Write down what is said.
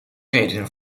redenen